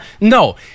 No